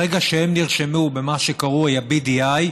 ברגע שהם נרשמו במה שקרוי ה-BDI,